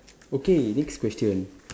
okay next question